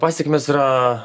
pasekmės yra